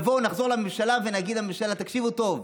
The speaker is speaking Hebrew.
נחזור לממשלה ונגיד לממשלה: תקשיבו טוב.